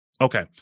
Okay